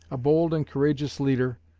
a bold and courageous leader,